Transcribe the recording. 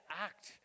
act